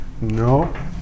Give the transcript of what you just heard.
No